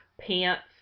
pants